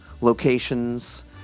locations